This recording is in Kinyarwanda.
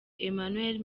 emmanuel